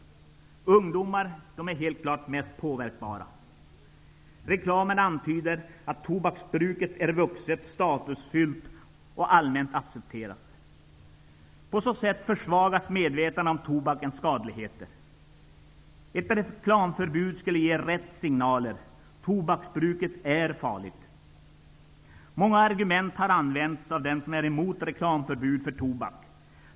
Ungdomar är mest påverkbara. Reklamen antyder att tobaksbruket är vuxet, statusfyllt och allmänt accepterat. På så sätt försvagas medvetandet om tobakens skadlighet. Ett reklamförbud skulle ge rätt signaler. Tobaksbruket är farligt. Många argument har använts av dem som är emot reklamförbud för tobak.